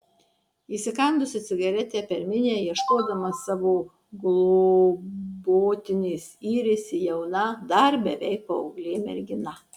įsikandusi cigaretę per minią ieškodama savo globotinės yrėsi jauna dar beveik paauglė mergina